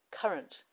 current